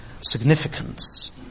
significance